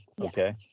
okay